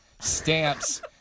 stamps